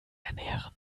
ernähren